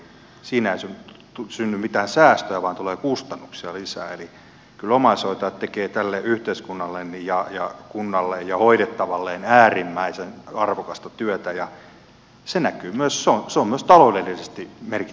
siinä ei synny mitään säästöä vaan tulee kustannuksia lisää eli kyllä omaishoitajat tekevät tälle yhteiskunnalle ja kunnalle ja hoidettavalleen äärimmäisen arvokasta työtä ja se on myös taloudellisesti merkittävää työtä